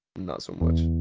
not so much.